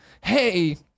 hey